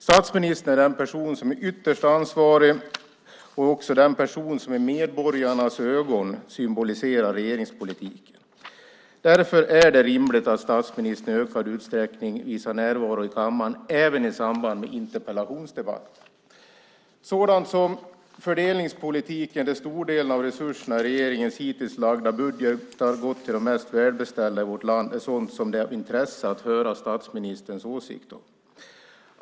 Statsministern är den person som är ytterst ansvarig och också den som i medborgarnas ögon symboliserar regeringspolitiken. Därför är det rimligt att statsministern i ökad utsträckning visar närvaro i kammaren även i samband med interpellationsdebatter. Sådant som fördelningspolitik, där den stora delen av resurserna i regeringens hittills lagda budgetar har gått till de mest välbeställda i vårt land, är sådant som det är av intresse att höra statsministerns åsikt om.